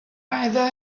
either